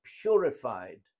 purified